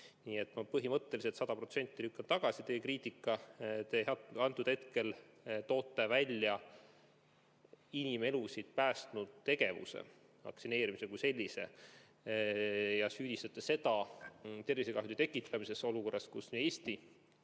põhimõtteliselt sada protsenti tagasi teie kriitika. Te toote välja inimelusid päästnud tegevuse, vaktsineerimise kui sellise, ja süüdistate seda tervisekahju tekitamises olukorras, kus nii